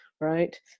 right